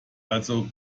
also